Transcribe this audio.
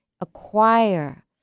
acquire